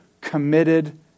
committed